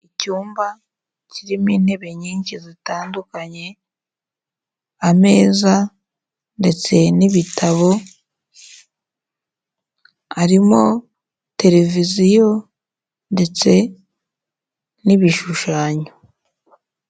Icyumba kirimo intebe nyinshi zitandukanye, ameza ndetse n'ibitabo, harimo televiziyo ndetse n'ibishushanyo.